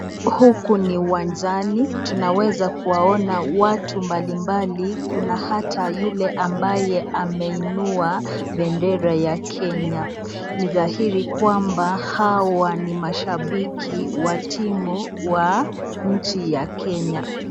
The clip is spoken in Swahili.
Huku ni uwanjani tunaweza kuwaona watu mbali mbali, kunata hata yule ambaye ameinua bendera ya Kenya, ni dhahiri kwamba hawa ni mashabiki wa timu wa nchi ya Kenya.